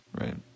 right